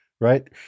right